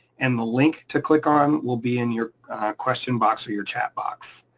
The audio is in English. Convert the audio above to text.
and the link to click on will be in your question box or your chat box.